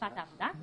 וחלוקת העבודה.